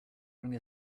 bring